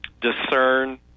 discern